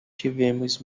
tivemos